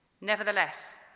Nevertheless